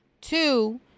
Two